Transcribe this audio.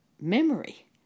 memory